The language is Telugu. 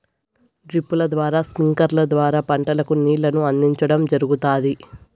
డ్రిప్పుల ద్వారా స్ప్రింక్లర్ల ద్వారా పంటలకు నీళ్ళను అందించడం జరుగుతాది